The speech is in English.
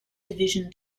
division